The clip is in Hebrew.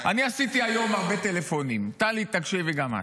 אני עשיתי היום הרבה טלפונים, טלי תקשיבי גם את.